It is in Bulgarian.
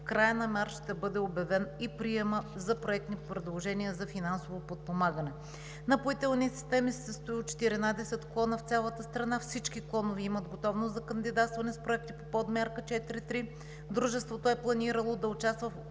края на март ще бъде обявен и приемът за проектни предложения за финансово подпомагане. Напоителни системи се състои от 14 клона в цялата страна. Всички клонове имат готовност за кандидатстване с проекти по Подмярка 4.3. Дружеството е планирало да участва